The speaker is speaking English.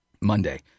Monday